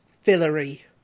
fillery